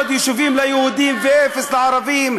700 יישובים ליהודים ואפס לערבים,